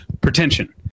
pretension